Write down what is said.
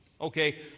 okay